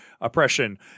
oppression